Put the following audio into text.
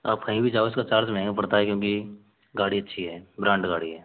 आप कहीं भी जाओ इसका चार्ज महंगा पड़ता है क्योंकि गाड़ी अच्छी है ब्रांड गाड़ी है